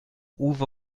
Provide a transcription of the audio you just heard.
uwe